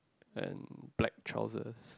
and black trousers